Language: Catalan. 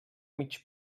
mig